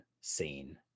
scene